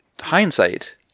hindsight